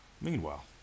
Meanwhile